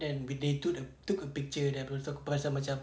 then they took a took a picture lepastu aku perasan macam